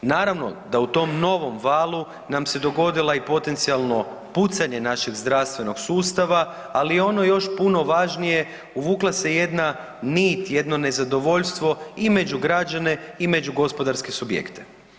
Naravno da u tom novom valu nam se dogodila i potencijalno pucanje našeg zdravstvenog sustava, ali i ono još puno važnije uvukla se jedna nit, jedno nezadovoljstvo i među građane i među gospodarske subjekte.